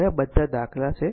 હવે આ બધા દાખલા છે